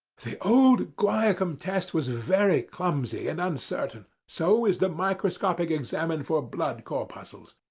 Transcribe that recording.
the old guiacum test was very clumsy and uncertain. so is the microscopic examination for blood corpuscles.